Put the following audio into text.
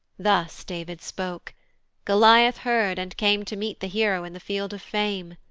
thus david spoke goliath heard and came to meet the hero in the field of fame.